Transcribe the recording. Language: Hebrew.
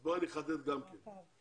אז בוא אני אחדד גם פה.